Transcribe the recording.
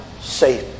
safe